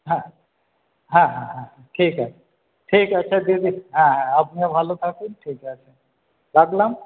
হ্যাঁ হ্যাঁ হ্যাঁ হ্যাঁ ঠিক আছে ঠিক আছে দিদি হ্যাঁ হ্যাঁ আপনিও ভালো থাকুন ঠিক আছে রাখলাম